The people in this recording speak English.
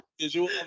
Visual